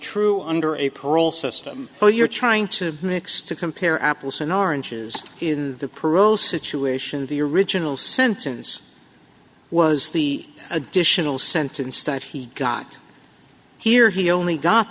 true under a parole system so you're trying to mix to compare apples and oranges in the parole situation the original sentence was the additional sentence that he got here he only got